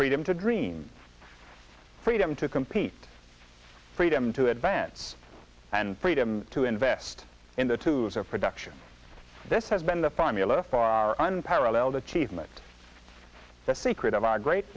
freedom to dream freedom to compete freedom to advance and freedom to invest in the tos or production this has been the formula for our unparalleled achievements the secret of our great